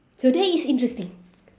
so that is interesting